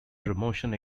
promotion